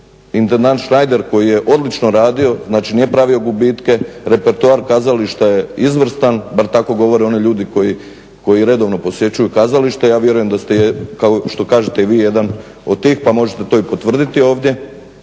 intendant Šnajder koji je odlično radio, nije pravio gubitke, repertoar kazališta je izvrstan, bar tako govore oni ljudi koji redovno posjećuju kazalište, ja vjerujem da ste kao što kažete i vi jedan od tih pa možete to potvrditi ovdje,